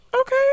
Okay